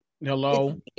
hello